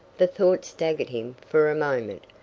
the thought staggered him for a moment.